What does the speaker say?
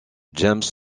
james